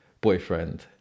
boyfriend